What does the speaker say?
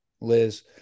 Liz